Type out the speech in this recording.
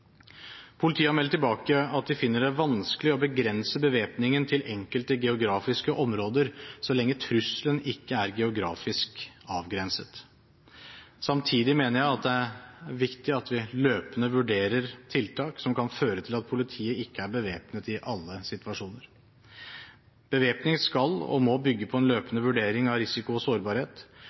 Politiet har meldt tilbake at de finner det vanskelig å begrense bevæpningen til enkelte geografiske områder, så lenge trusselen ikke er geografisk avgrenset. Samtidig mener jeg at det er viktig at vi løpende vurderer tiltak som kan føre til at politiet ikke er bevæpnet i alle situasjoner. Bevæpning skal og må bygge på en løpende vurdering av risiko og sårbarhet.